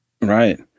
Right